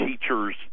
teachers